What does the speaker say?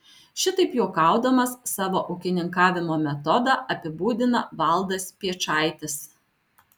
šitaip juokaudamas savo ūkininkavimo metodą apibūdina valdas piečaitis